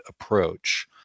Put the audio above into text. approach